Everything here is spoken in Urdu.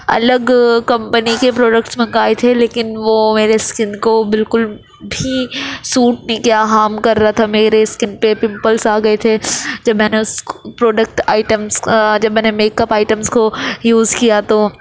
الگ کمپنی کے پروڈکٹس منگائے تھے لیکن وہ میرے اسکن کو بالکل بھی سوٹ نہیں کیا ہارم کر رہا تھا میرے اسکن پہ پمپلس آ گئے تھے جب میں نے اس پروڈکٹ آئٹمس جب میں نے میک اپ آئٹمس کو یوز کیا تو